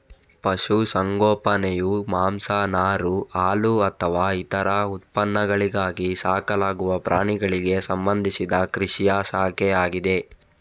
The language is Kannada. ಪಶು ಸಂಗೋಪನೆಯು ಮಾಂಸ, ನಾರು, ಹಾಲುಅಥವಾ ಇತರ ಉತ್ಪನ್ನಗಳಿಗಾಗಿ ಸಾಕಲಾಗುವ ಪ್ರಾಣಿಗಳಿಗೆ ಸಂಬಂಧಿಸಿದ ಕೃಷಿಯ ಶಾಖೆಯಾಗಿದೆ